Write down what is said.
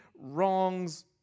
wrongs